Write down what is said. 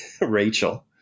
Rachel